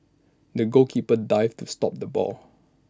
the goalkeeper dived to stop the ball